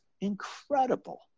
incredible